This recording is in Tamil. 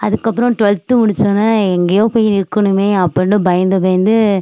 அதற்கப்பறம் ட்வெல்த்து முடிச்சோனே எங்கேயோ போய் இருக்கணுமே அப்படின்னு பயந்து பயந்து